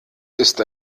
ist